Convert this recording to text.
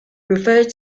referred